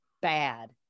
bad